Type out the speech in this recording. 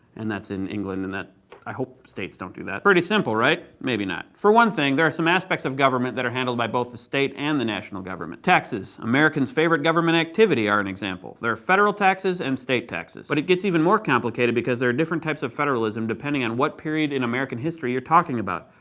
and that's in england. and i hope states don't do that. pretty simple right? maybe not. for one thing, there are some aspects of government that are handled by both the state and national government. taxes, american's favorite government activity, are an example. there are federal taxes and state taxes. but it gets even more complicated because there are different types of federalism depending on what period in american history you're talking about.